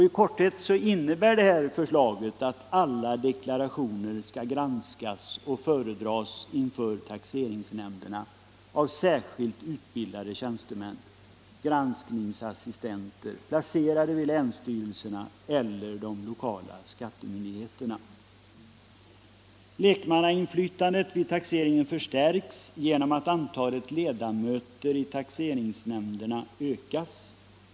I korthet innebär förslaget att alla deklarationer skall granskas och föredras inför taxeringsnämnderna av särskilt utbildade tjänstemän, granskningsassistenter, placerade vid länsstyrelserna eller de lokala skattemyndigheterna. Lekmannainflytandet vid taxeringen förstärks genom att antalet ledamöter i taxeringsnämnderna ökar.